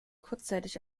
kurzzeitig